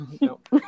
Nope